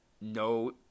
no